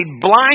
blind